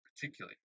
particularly